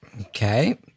Okay